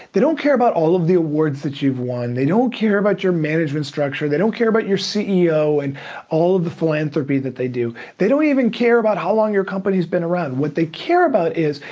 they don't care about all of the awards that you've won, they don't care about your management structure, they don't care about your ceo and all of the philanthropy that they do. they don't even care about how long your company's been around. what they care about is,